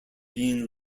being